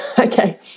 Okay